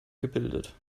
gebildet